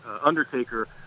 Undertaker